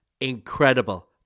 incredible